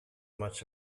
much